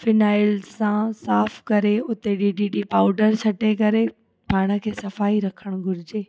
phenyl सां साफ़ु करे उते डी टी टी पाउडर छटे करे पाण खे सफ़ाई रखण घुरिजे